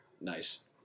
Nice